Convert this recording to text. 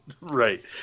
Right